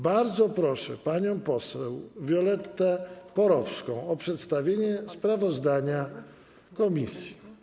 Bardzo proszę panią poseł Violettę Porowską o przedstawienie sprawozdania komisji.